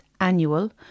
Annual